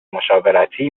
مشاورتی